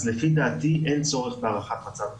לפי דעתי אין צורך בהארכת מצב החירום.